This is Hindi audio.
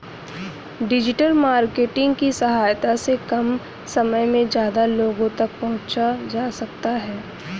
डिजिटल मार्केटिंग की सहायता से कम समय में ज्यादा लोगो तक पंहुचा जा सकता है